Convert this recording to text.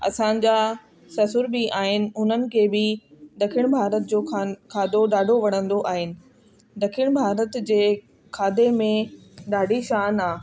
असांजा ससुर बि आहिनि उन्हनि के बि ॾखिण भारत जो खा खाधो ॾाढो वणंदो आहिनि ॾखिण भारत जे खाधे में ॾाढी शान आहे